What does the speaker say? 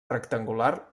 rectangular